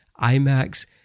IMAX